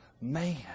man